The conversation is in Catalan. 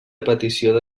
petició